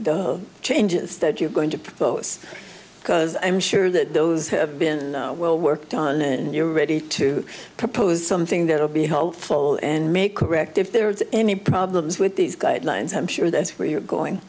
fourth changes that you're going to propose because i'm sure that those have been well worked on and you're ready to propose something that will be helpful and make correct if there are any problems with these guidelines i'm sure that's where you're going